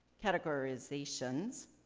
categorizations.